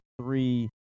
three